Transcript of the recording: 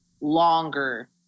longer